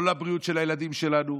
לא לבריאות של הילדים שלנו,